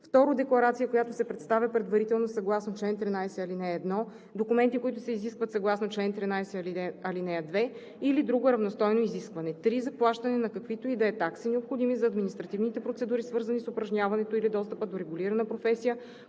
2. декларация, която се представя предварително съгласно чл. 13, ал. 1, документи, които се изискват съгласно чл. 13, ал. 2, или друго равностойно изискване; 3. заплащане на каквито и да е такси, необходими за административните процедури, свързани с упражняването или достъпа до регулирана професия,